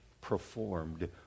performed